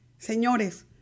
Señores